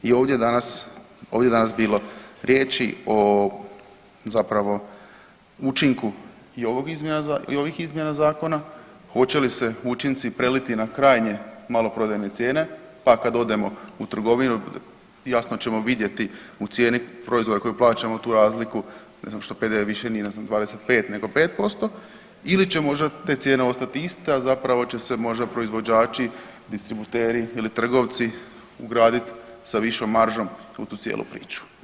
I ovdje je danas bilo riječi o zapravo učinku i ovih izmjena zakona, hoće li se učinci preliti na krajnje maloprodajne cijene pa kad odemo u trgovinu jasno ćemo vidjeti u cijeni proizvoda koju plaćamo tu razliku, ne znam što PDV više nije ne znam 25 nego 5% ili će možda te cijene ostati iste, a zapravo će se možda proizvođači, distributeri ili trgovci ugradit sa višom maržom u tu cijelu priču.